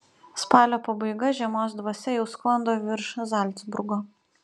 spalio pabaiga žiemos dvasia jau sklando virš zalcburgo